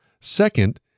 Second